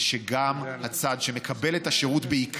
זה שגם הצד שמקבל את השירות, בעיקר,